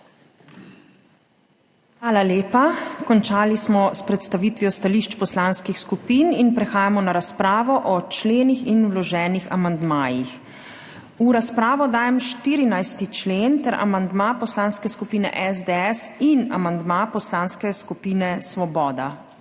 Hvala lepa. Končali smo s predstavitvijo stališč poslanskih skupin. Prehajamo na razpravo o členih in vloženih amandmajih. V razpravo dajem 14. člen ter amandma Poslanske skupine SDS in amandma Poslanske skupine Svoboda.